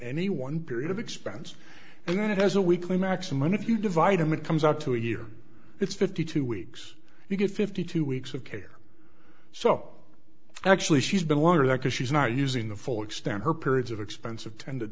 any one period of expense and then it has a weekly maximum if you divide them it comes out to a year it's fifty two weeks you get fifty two weeks of care so actually she's been one of the because she's not using the full extent her periods of expensive tended